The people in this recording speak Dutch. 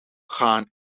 gaan